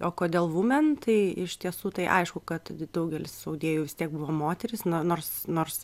o kodėl vumen tai iš tiesų tai aišku kad daugelis audėjų vis tiek buvo moterys no nors nors